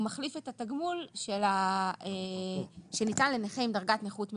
מחליף את התגמול שניתן לנכה עם דרגת נכות מיוחדת.